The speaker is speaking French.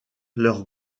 leur